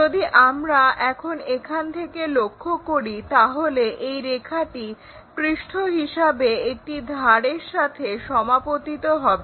যদি আমরা এখন থেকে লক্ষ্য করি তাহলে এই রেখাটি পৃষ্ঠ হিসাবে একটি ধারের সাথে সমাপতিত হবে